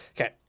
Okay